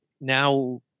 now